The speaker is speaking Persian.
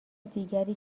دیگری